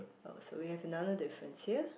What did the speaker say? oh so we have another difference here